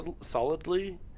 solidly